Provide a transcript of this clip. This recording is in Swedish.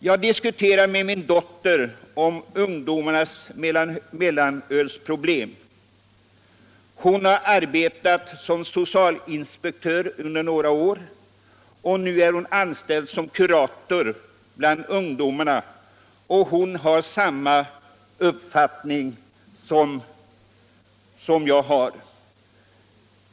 Jag har diskuterat ungdomarnas mellanölsproblem med min dotter. Hon har arbetat som socialinspektör under många år och är nu anställd som kurator bland ungdomar. Hon har samma uppfattning om mellanölet som jag.